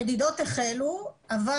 המדידות החלו אבל